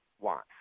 wants